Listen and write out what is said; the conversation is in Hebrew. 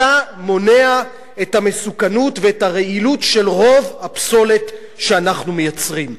אתה מונע את המסוכנות ואת הרעילות של רוב הפסולת שאנחנו מייצרים.